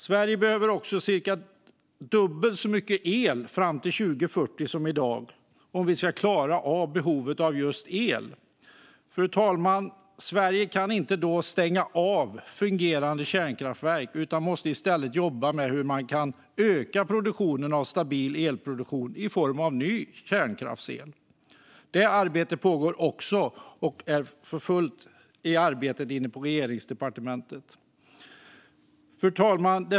Sverige behöver också ungefär dubbelt så mycket el som i dag fram till 2040 om vi ska klara att möta behovet av just el. Sverige kan då inte stänga av fungerande kärnkraftverk utan måste i stället jobba med hur man kan öka produktionen av stabil el i form av ny kärnkraftsel. Det arbetet pågår också för fullt på Regeringskansliet. Fru talman!